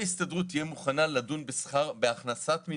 ההסתדרות והאוצר תיכנסו לחדר,